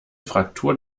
fraktur